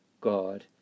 God